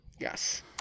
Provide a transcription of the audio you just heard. yes